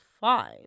fine